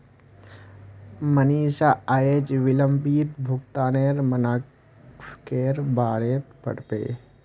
मनीषा अयेज विलंबित भुगतानेर मनाक्केर बारेत पढ़बे